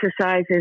exercises